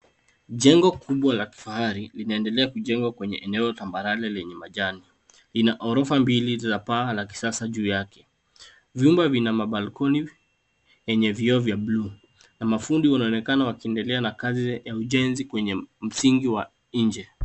Jengo kuwa la kifahari linaendelea kujengwa kwenye eneo tambarare lenye majani. Lina ghorofa mbili na paa la kisasa juu yake. Vyumba vina mabalkoni yenye vioo vya buluu na mafundi wanaonekana wakiendelea na kazi ya ujenzi kwenye msingi wa nje.